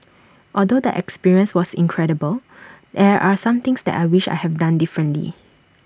although the experience was incredible there are some things that I wish I have done differently